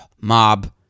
mob